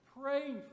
praying